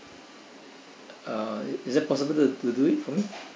uh is that possible to do it for me